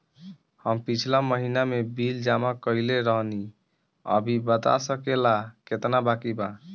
हम पिछला महीना में बिल जमा कइले रनि अभी बता सकेला केतना बाकि बा?